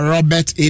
Robert